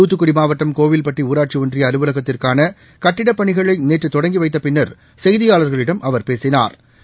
தூத்துக்குடி மாவட்டம் கோவில்பட்டி ஊராட்சி ஒன்றிய அலுவலகத்திற்கான கட்டிடப் பணிகளை நேற்று தொடங்கி வைத்த பின்னா் செய்தியாளா்களிடம் அவா் பேசினாா்